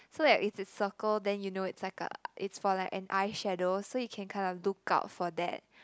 so that if it's circle then you know it's like a it's for like an eyeshadow so you can kind of look out for that